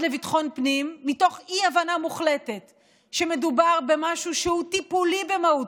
לביטחון פנים מתוך אי-הבנה מוחלטת שמדובר במשהו שהוא טיפולי במהותו,